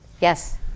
Yes